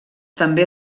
també